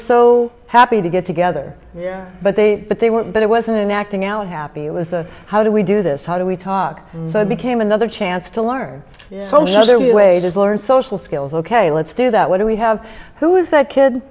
so happy to get together yeah but they but they weren't but it wasn't an acting out happy it was a how do we do this how do we talk so i became another chance to learn other way to learn social skills ok let's do that what do we have who is that kid